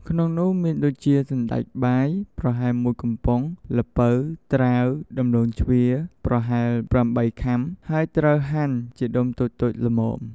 ក្នុងនោះមានដូចជា សណ្ដែកបាយ ប្រហែល ១ កំប៉ុង, ល្ពៅ ត្រាវ ដំឡូងជ្វា ប្រហែល ៨ ខាំ ហើយត្រូវហាន់ជាដុំតូចៗល្មម។